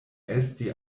esti